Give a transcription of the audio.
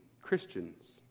Christians